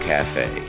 Cafe